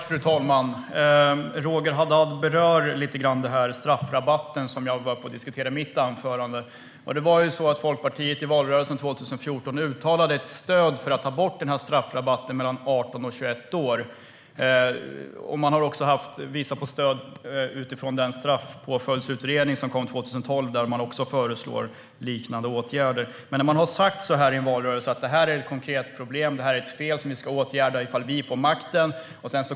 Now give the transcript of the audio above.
Fru talman! Roger Haddad berörde straffrabatten, som jag tog upp i mitt anförande. I valrörelsen 2014 uttalade Folkpartiet sitt stöd för att ta bort straffrabatten för 18-21-åringar. Man visade också stöd för liknande åtgärder som föreslogs i den straffpåföljdsutredning som kom 2012. I valrörelsen sa ni att det var ett konkret problem och ett fel som skulle åtgärdas om ni fick makten.